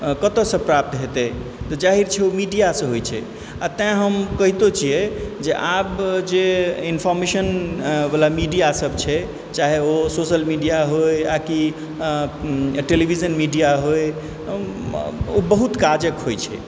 कतयसँ प्राप्त हेतैक जाहिर छै ओ मीडियासँ होइत छै आओर तैँ हम कहितो छियैक जे आब जे इन्फॉर्मेशनवला मीडिया सब छै चाहे ओ सोशल मीडिया होइ आकि टेलीविजन मिडिया होइ ओ बहुत काजक होइत छै